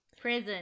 Prison